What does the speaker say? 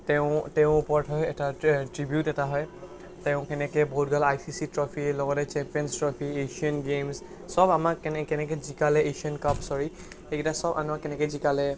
তেওঁ তেওঁৰ ওপৰত হয় তাতে ট্ৰিবিউট এটা হয় তেওঁ কেনেকৈ বহুতগাল আই চি চি ট্ৰফি লগতে চেম্পিয়ন্ছ ট্ৰফি এছিয়ান গেইম্ছ সব আমাক কেনেকৈ জিকালে এছিয়ান কাপ ছৰী সেইকেইটা সব আমাক কেনেকৈ জিকালে